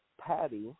Patty